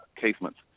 casements